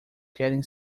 querem